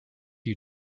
you